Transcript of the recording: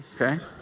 okay